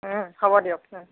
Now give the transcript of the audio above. হ'ব দিয়ক